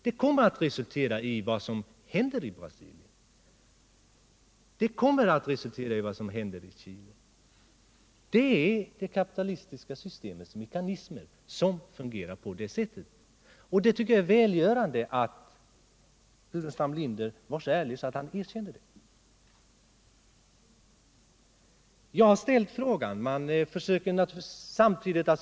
Det kommer att resultera i vad som händer i Brasilien, det kommer att resultera i vad som händer i Chile. Det kapitalistiska systemets mekanism fungerar på det sättet. Jag tycker att det är välgörande att herr Burenstam Linder är så ärlig att han erkänner det.